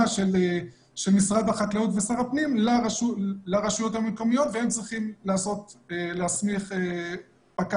של משרד החקלאות ושר הפנים לרשויות המקומיות והם צריכים להסמיך פקח.